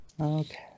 Okay